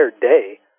day